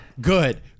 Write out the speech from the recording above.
good